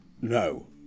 No